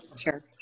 sure